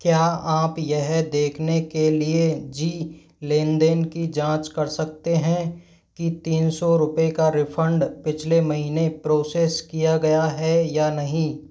क्या आप यह देखने के लिए जी लेन देन की जाँच कर सकते हैं कि तीन सौ रुपए का रिफंड पिछले महीने प्रोसेस किया गया है या नहीं